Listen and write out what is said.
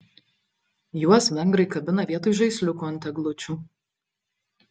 juos vengrai kabina vietoj žaisliukų ant eglučių